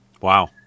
Wow